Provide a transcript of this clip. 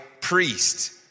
priest